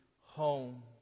home